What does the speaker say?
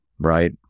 Right